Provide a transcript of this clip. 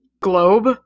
globe